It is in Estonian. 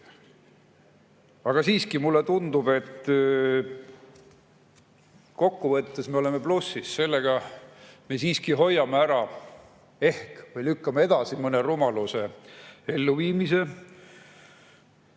000. Siiski, mulle tundub, et kokkuvõttes me oleme plussis. Sellega me hoiame ehk ära või lükkame edasi mõne rumaluse elluviimise. On